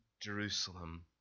Jerusalem